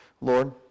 Lord